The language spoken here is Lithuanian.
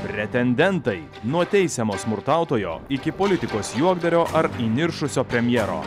pretendentai nuo teisiamo smurtautojo iki politikos juokdario ar įniršusio premjero